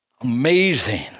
Amazing